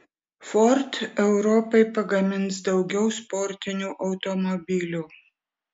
ford europai pagamins daugiau sportinių automobilių